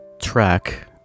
track